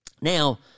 Now